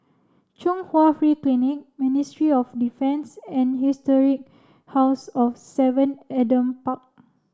Chung Hwa Free Clinic Ministry of Defence and Historic House of seven Adam Park